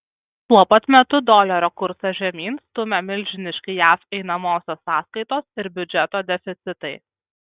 tuo pat metu dolerio kursą žemyn stumia milžiniški jav einamosios sąskaitos ir biudžeto deficitai